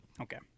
Okay